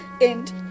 end